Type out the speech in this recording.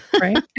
right